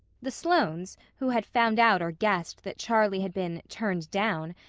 the sloanes, who had found out or guessed that charlie had been turned down,